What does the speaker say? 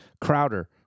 Crowder